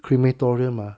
crematoria ah